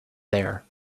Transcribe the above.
there